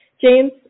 James